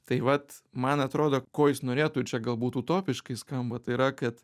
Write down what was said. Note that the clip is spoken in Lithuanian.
tai vat man atrodo ko jis norėtų ir čia galbūt utopiškai skamba tai yra kad